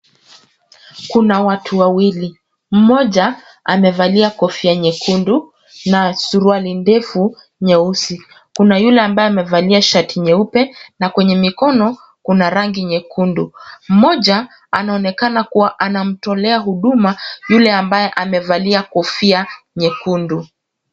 Kuna watu wawili. Mmoja amevalia kofia nyekundu na suruali ndefu nyeusi. Kuna yule ambaye amevalia shati nyeupe na kwenye mikono kuna rangi nyekundu. Mmoja anaonekana kuwa anamtolea huduma yule ambaye amevalia kofia nyekundu.